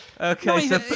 Okay